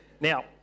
Now